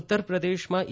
ઉત્તરપ્રદેશમાં ઇ